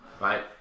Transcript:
right